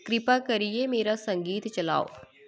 किरपा करियै मेरा संगीत चलाओ